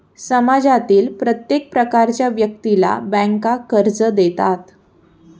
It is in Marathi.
समाजातील प्रत्येक प्रकारच्या व्यक्तीला बँका कर्ज देतात